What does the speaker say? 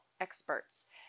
experts